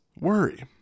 worry